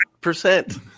percent